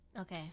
okay